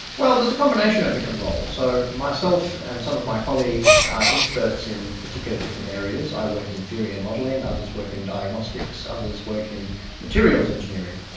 well, there's a combination of different roles. so myself and some of my colleagues are experts in particular different areas. i work in theory and modelling, others work in diagnostics, others work in materials engineering.